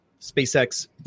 SpaceX